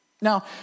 Now